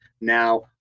now